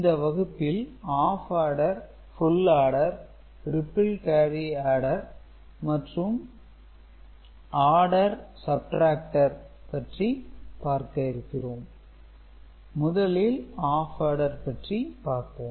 இந்த வகுப்பில் half adder full adder ripple carry adder மற்றும் ஆர்டர் சப்டிராக்டர் பற்றி பார்க்க இருக்கிறோம் முதலில் ஆப் ஆடர் பற்றி பார்ப்போம்